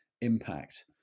impact